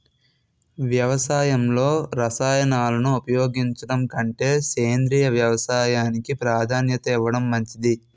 వ్యవసాయంలో రసాయనాలను ఉపయోగించడం కంటే సేంద్రియ వ్యవసాయానికి ప్రాధాన్యత ఇవ్వడం మంచిది